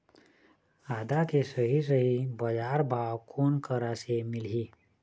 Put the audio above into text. आदा के सही सही बजार भाव कोन करा से मिलही?